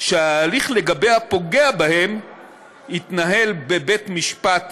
שההליך לגבי הפוגע בהם התנהל בבית משפט